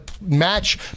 match